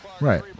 Right